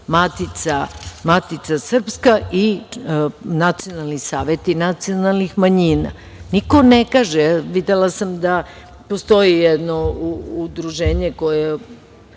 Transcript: Matica Srpska i nacionalni saveti nacionalnih manjina. Videla sam da postoji jedno udruženje koje